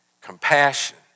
compassion